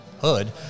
hood